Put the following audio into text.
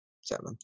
Seven